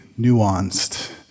nuanced